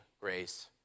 grace